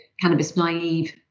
cannabis-naive